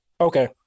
Okay